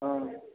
हँ